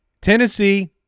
Tennessee